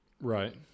Right